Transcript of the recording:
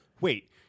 wait